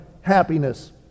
happiness